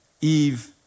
Eve